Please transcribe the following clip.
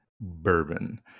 bourbon